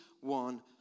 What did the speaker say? one